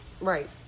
Right